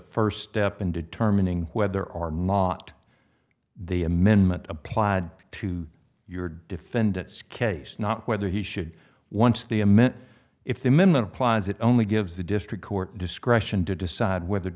first step in determining whether or not the amendment applied to your defendant's case not whether he should once the a minute if the amendment applies it only gives the district court discretion to decide whether